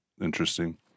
interesting